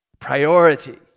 priority